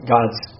God's